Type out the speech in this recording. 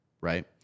right